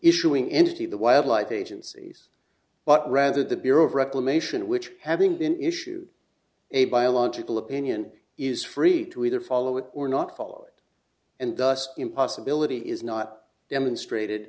issuing entity of the wildlife agency but rather the bureau of reclamation which having been issued a biological opinion is free to either follow it or not follow it and thus in possibility is not demonstrated